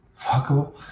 Fuckable